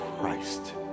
Christ